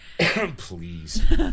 Please